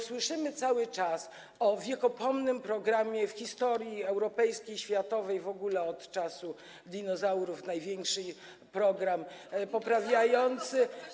Słyszymy cały czas o wiekopomnym programie w historii europejskiej, światowej, o tym, że w ogóle od czasu dinozaurów to największy program poprawiający.